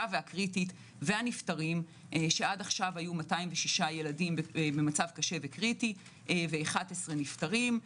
והקריטית והנפטרים שעד עכשיו היו 206 ילדים במצב קשה וקריטי ו-11 נפטרים.